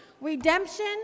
redemption